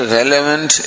relevant